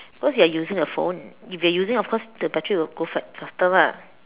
cause you're using your phone if you're using of course the battery will go fa~ faster lah